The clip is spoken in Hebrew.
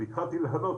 התחלתי לענות.